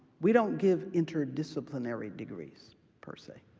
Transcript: we don't give interdisciplinary degrees per se,